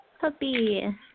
Puppy